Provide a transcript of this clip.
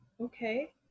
Okay